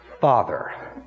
Father